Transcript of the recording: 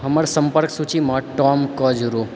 हमर सम्पर्क सूचीमे टॉमकेँ जोड़ू